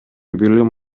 билим